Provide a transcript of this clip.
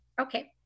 Okay